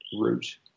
Root